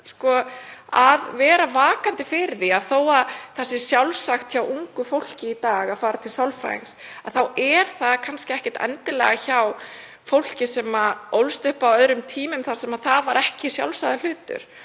að vera vakandi fyrir því að þó að það sé sjálfsagt hjá ungu fólki í dag að fara til sálfræðings er það kannski ekkert endilega hjá fólki sem ólst upp á öðrum tímum þar sem það var ekki sjálfsagður hlutur.